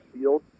Field